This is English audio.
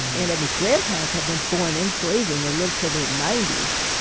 aunt edna's grandparents had been born in slavery and they lived until their nineties.